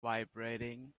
vibrating